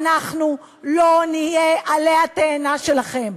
אנחנו לא נהיה עלה התאנה שלכם.